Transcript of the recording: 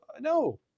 No